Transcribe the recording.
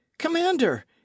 commander